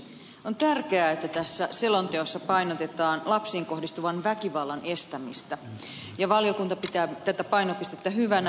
on tärkeää että tässä selonteossa painotetaan lapsiin kohdistuvan väkivallan estämistä ja valiokunta pitää tätä painopistettä hyvänä